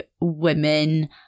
women